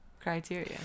criteria